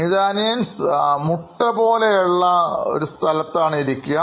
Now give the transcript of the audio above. Methaniance മുട്ട പോലെയുള്ള സ്ഥലത്താണ് ഇരിക്കുക